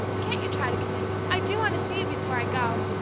can't you try to come in i do want to see you before i go!